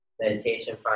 meditation